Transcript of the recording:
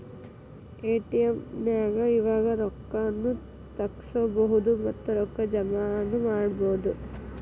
ATM ನ್ಯಾಗ್ ಇವಾಗ ರೊಕ್ಕಾ ನು ತಗ್ಸ್ಕೊಬೊದು ಮತ್ತ ರೊಕ್ಕಾ ಜಮಾನು ಮಾಡ್ಬೊದು